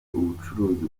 ubucuruzi